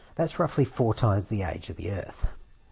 that's roughly four times the age of the earth.